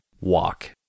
walk